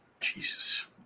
Jesus